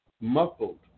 muffled